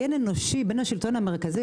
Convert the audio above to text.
תחזקנה ידיך וידי כל השותפים המאמינים